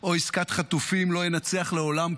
או עסקת חטופים לא ינצח לעולם,